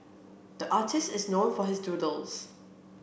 the artists is known for his doodles